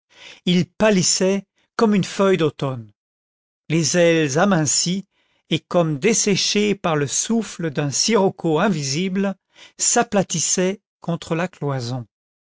il pâlissait comme une feuille d'automne les ailes amincies et comme desséchées par le souffle d'un sirocco invisible s'aplatissaient contre la cloison